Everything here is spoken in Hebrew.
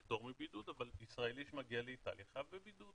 פטור מבידוד אבל ישראלי שמגיע לאיטליה חייב בבידוד.